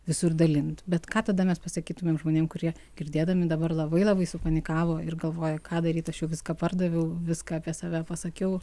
visur dalint bet ką tada mes pasakytumėm žmonėm kurie girdėdami dabar labai labai supanikavo ir galvoja ką daryt aš jau viską pardaviau viską apie save pasakiau